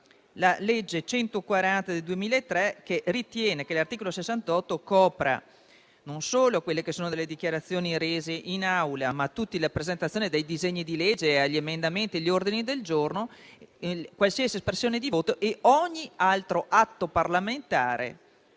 la legge n. 140 del 2003 ritiene che l'articolo 68 copra non solo le dichiarazioni rese in Aula, ma anche la presentazione dei disegni di legge, degli emendamenti e degli ordini del giorno, qualsiasi espressione di voto e ogni altro atto parlamentare,